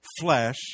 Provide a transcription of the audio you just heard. flesh